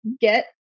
get